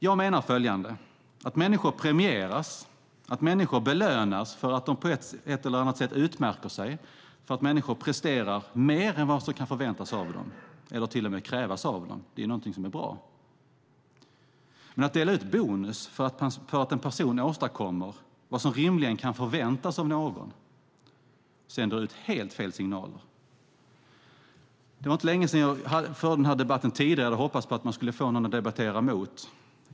Jag menar följande: Det är bra att människor premieras, att människor belönas för att de på ett eller annat sätt utmärker sig och presterar mer än vad som kan förväntas eller till och med krävas av dem. Men att dela ut bonus för att en person åstadkommer vad som rimligen kan förväntas av någon sänder ut helt fel signaler. Det var inte länge sedan jag förde den här debatten. Jag hade hoppats att jag skulle få någon att debattera mot.